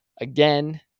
again